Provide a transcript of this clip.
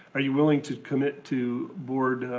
are you willing to commit to board